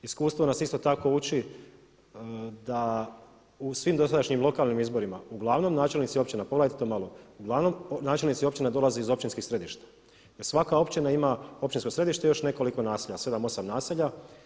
Iskustvo nas isto tako uči da u svim dosadašnjim lokalnim izborima uglavnom načelnici općina, pogledajte to malo, uglavnom načelnici općina dolaze iz općinskih središta jer svaka općina ima općinsko središte i još nekoliko naselja, 7, 8 naselja.